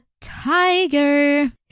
tiger